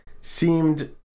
seemed